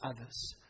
others